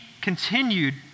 continued